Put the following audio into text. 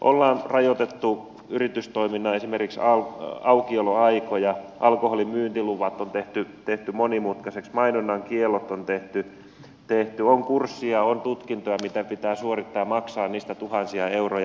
ollaan rajoitettu yritystoimintaa esimerkiksi aukioloaikoja alkoholin myyntiluvat on tehty monimutkaiseksi mainonnan kiellot on tehty on kurssia on tutkintoja mitä pitää suorittaa ja maksaa niistä tuhansia euroja